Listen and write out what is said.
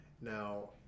now